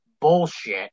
bullshit